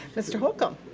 mr. holcomb.